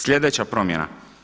Sljedeća promjena.